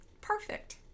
Perfect